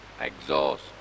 exhaust